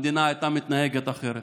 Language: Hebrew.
המדינה הייתה מתנהגת אחרת.